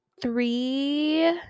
Three